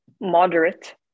moderate